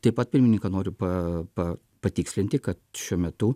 taip pat pirmininką noriu pa pa patikslinti kad šiuo metu